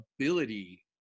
ability –